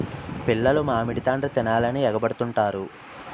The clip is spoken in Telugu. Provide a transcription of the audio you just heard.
పిల్లలు మామిడి తాండ్ర తినాలని ఎగబడుతుంటారు